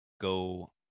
go